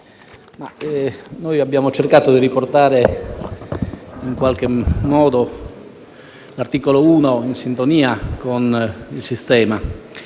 noi abbiamo cercato di riportare l'articolo 1 in sintonia con il sistema.